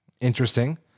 Interesting